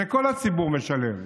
וכל הציבור משלם.